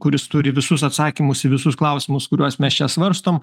kuris turi visus atsakymus į visus klausimus kuriuos mes čia svarstom